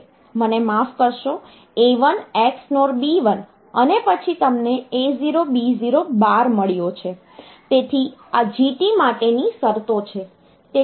મને માફ કરશો A1 XNOR B1 અને પછી તમને A0 B0 બાર મળ્યો છે તેથી આ GT માટેની શરતો છે